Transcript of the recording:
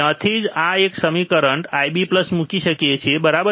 ત્યાંથી અમે આ સમીકરણ IB મૂકી શકીએ છીએ બરાબર